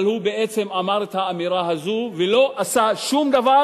אבל הוא בעצם אמר את האמירה הזאת ולא עשה שום דבר